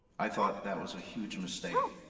i thought that was a huge mistake.